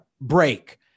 break